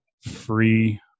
free